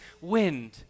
wind